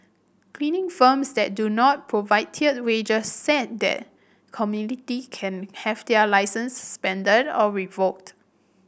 cleaning firms that do not provide tiered wages set the community can have their licences suspended or revoked